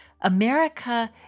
America